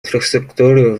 инфраструктуры